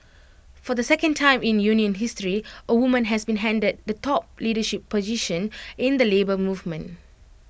for the second time in union history A woman has been handed the top leadership position in the Labour Movement